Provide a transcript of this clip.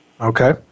Okay